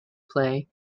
play